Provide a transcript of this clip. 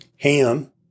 Ham